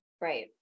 right